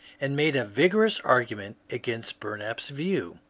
and made a vigorous argument against bumap's view.